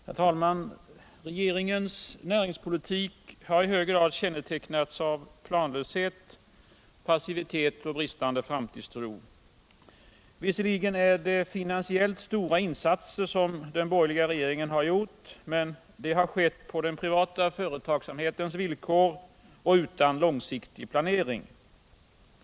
Herr talman! Regeringens näringspolitik har i hög grad kännetecknats av planlöshet, passivitet och bristande framtidstro. Visserligen är det finansiellt stora insatser som den borgerliga regeringen gjort, men de har skett på den privata företagsamhetens villkor och utan långsiktig planering.